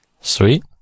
Sweet